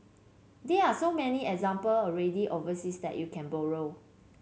there are so many example already overseas that you can borrow